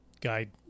guide